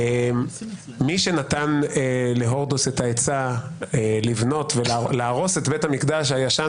מי שנתן להורדוס את העצה להרוס את בית המקדש הישן